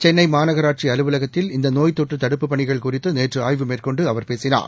சென்னைமாநகராட்சிஅலுவலகத்தில் இந்தநோய் தொற்றுதடுப்புப் பணிகள் குறித்துநேற்றுஆய்வு மேற்கொண்டுஅவர் பேசினார்